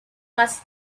más